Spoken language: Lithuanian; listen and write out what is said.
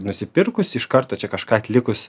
nusipirkus iš karto čia kažką atlikus